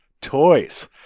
toys